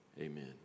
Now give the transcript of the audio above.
amen